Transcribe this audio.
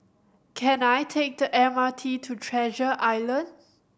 can I take the M R T to Treasure Island